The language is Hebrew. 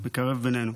המקרב בינינו.